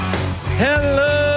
Hello